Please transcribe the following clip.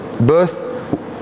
birth